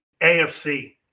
AFC